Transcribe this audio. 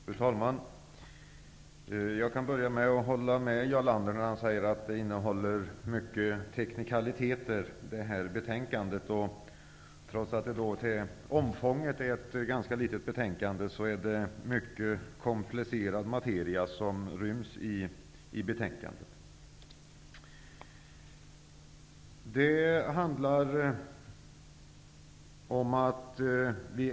Fru talman! Jag kan börja med att hålla med Jarl Lander när han säger att betänkandet innehåller många teknikaliteter. Trots att det till omfånget är ett ganska litet betänkande är det en mycket komplicerad materia som ryms där.